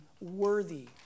worthy